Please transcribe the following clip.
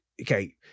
okay